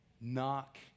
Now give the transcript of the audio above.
Knock